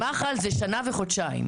שמח"ל זה שנה וחודשיים.